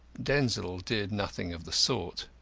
denzil did nothing of the sort.